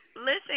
listen